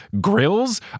grills